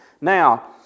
Now